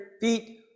feet